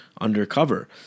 undercover